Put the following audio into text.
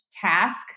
task